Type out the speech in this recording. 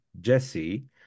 jesse